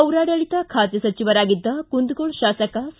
ಪೌರಾಡಳಿತ ಖಾತೆ ಸಚಿವರಾಗಿದ್ದ ಕುಂದಗೋಳ ಶಾಸಕ ಸಿ